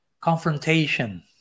confrontation